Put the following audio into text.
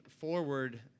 forward